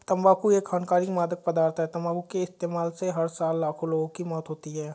तंबाकू एक हानिकारक मादक पदार्थ है, तंबाकू के इस्तेमाल से हर साल लाखों लोगों की मौत होती है